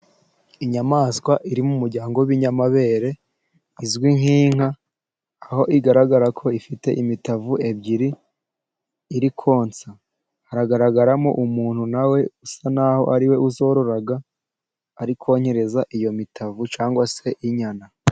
Inyamaswa iri mu muryango w'ibinyamabere, izwi nk'inka aho igaragara ko ifite imitavu ebyiri iri konsa. Hagaragaramo umuntu nawe usa knaho ariwe uzororora arikonkerereza iyo mitavu cyangwa se inyana.